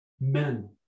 men